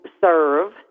serve